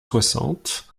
soixante